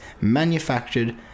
manufactured